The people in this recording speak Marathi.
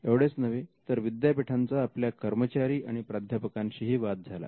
एवढेच नव्हे तर विद्यापीठांचा आपल्या कर्मचारी आणि प्राध्यापकांशी ही वाद झाला